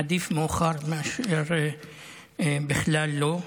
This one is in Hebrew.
עדיף מאוחר מאשר בכלל לא.